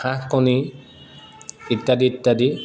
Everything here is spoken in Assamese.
হাঁহ কণী ইত্যাদি ইত্যাদি